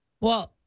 Well-